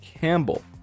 Campbell